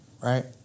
Right